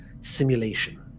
simulation